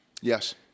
Yes